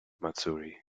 matsuri